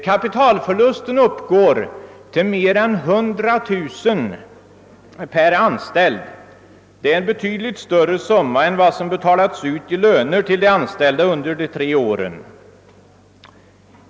Kapitalförlusten uppgår till mer än 100 000 kronor per anställd. Det är en betydligt större summa än vad som har betalats ut i löner till de anställda under de tre åren.